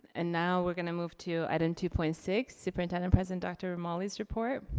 and now we're gonna move to item two point six, superintendent president dr. romali's report.